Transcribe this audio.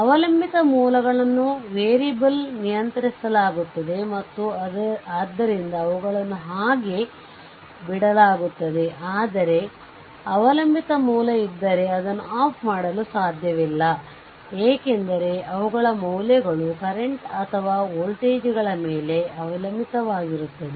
ಅವಲಂಬಿತ ಮೂಲಗಳನ್ನು ವೇರಿಯೇಬಲ್ ನಿಯಂತ್ರಿಸಲಾಗುತ್ತದೆ ಮತ್ತು ಆದ್ದರಿಂದ ಅವುಗಳನ್ನು ಹಾಗೇ ಬಿಡಲಾಗುತ್ತದೆ ಆದರೆ ಅವಲಂಬಿತ ಮೂಲ ಇದ್ದರೆ ಅದನ್ನು ಆಫ್ ಮಾಡಲು ಸಾಧ್ಯವಿಲ್ಲ ಏಕೆಂದರೆ ಅವುಗಳ ಮೌಲ್ಯಗಳು ಕರೆಂಟ್ ಅಥವಾ ವೋಲ್ಟೇಜ್ಗಳ ಮೇಲೆ ಅವಲಂಬಿತವಾಗಿರುತ್ತದೆ